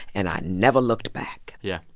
and i never looked back yeah.